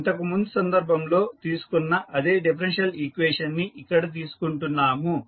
ఇంతకు ముందు సందర్భంలో తీసుకున్న అదే డిఫరెన్షియల్ ఈక్వేషన్ ని ఇక్కడ తీసుకుంటున్నాము